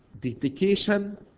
dedication